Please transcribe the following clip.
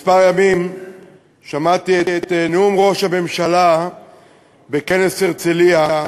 כמה ימים שמעתי את נאום ראש הממשלה בכנס הרצליה.